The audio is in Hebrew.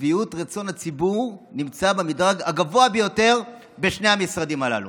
שביעות רצון הציבור נמצאת במדרג הגבוה ביותר בשני המשרדים הללו.